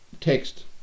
text